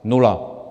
Nula!